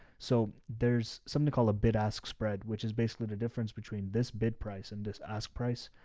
so there's something called a bid-ask spread, which is basically the difference between this bid price and this ask price.